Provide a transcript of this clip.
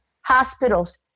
hospitals